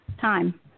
Time